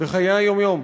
בחיי היום-יום.